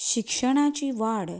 शिक्षणाची वाड